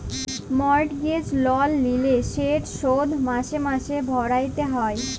mortgage লল লিলে সেট শধ মাসে মাসে ভ্যইরতে হ্যয়